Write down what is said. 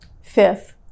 Fifth